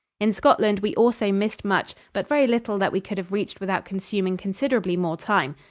in scotland we also missed much, but very little that we could have reached without consuming considerably more time.